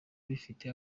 bifite